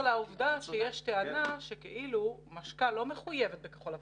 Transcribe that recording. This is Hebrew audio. מעבר לעובדה שיש טענה שכאילו משכ"ל לא מחויבת לכחול לבן,